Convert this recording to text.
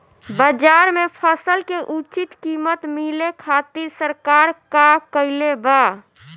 बाजार में फसल के उचित कीमत मिले खातिर सरकार का कईले बाऽ?